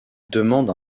demandent